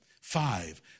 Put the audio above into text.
Five